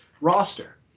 roster